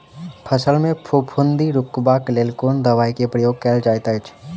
फसल मे फफूंदी रुकबाक लेल कुन दवाई केँ प्रयोग कैल जाइत अछि?